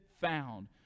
found